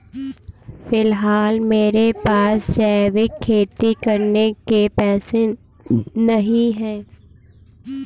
फिलहाल मेरे पास जैविक खेती करने के पैसे नहीं हैं